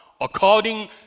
According